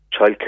childcare